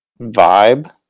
vibe